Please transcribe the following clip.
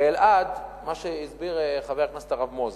באלעד, מה שהסביר חבר הכנסת הרב מוזס,